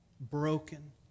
broken